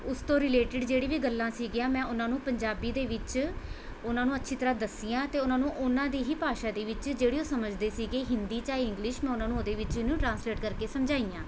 ਉਸ ਤੋਂ ਰਿਲੇਟਡ ਜਿਹੜੀ ਵੀ ਗੱਲਾਂ ਸੀਗੀਆਂ ਮੈਂ ਉਹਨਾਂ ਨੂੰ ਪੰਜਾਬੀ ਦੇ ਵਿੱਚ ਉਹਨਾਂ ਨੂੰ ਅੱਛੀ ਤਰ੍ਹਾਂ ਦੱਸੀਆਂ ਅਤੇ ਉਹਨਾਂ ਨੂੰ ਉਹਨਾਂ ਦੀ ਹੀ ਭਾਸ਼ਾ ਦੇ ਵਿੱਚ ਜਿਹੜੀ ਉਹ ਸਮਝਦੇ ਸੀਗੇ ਹਿੰਦੀ ਚਾਹੇ ਇੰਗਲਿਸ਼ ਮੈਂ ਉਹਨਾਂ ਨੂੰ ਉਹਦੇ ਵਿੱਚ ਇਨ੍ਹਾਂ ਨੂੰ ਟ੍ਰਾਂਸਲੇਟ ਕਰਕੇ ਸਮਝਾਈਆਂ